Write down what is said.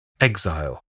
Exile